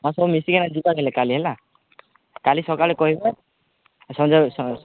ହଁ ସବୁ ମିଶିକି ନା ଯିବା ହେଲେ କାଲି ହେଲା କାଲି ସକାଳେ କହିବା